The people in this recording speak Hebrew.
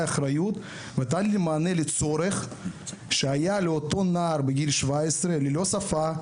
אחריות ונתן לי מענה לצורך שהיה לאותו נער בגיל 17 ללא שפה,